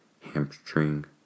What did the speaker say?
hamstring